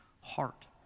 heart